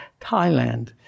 Thailand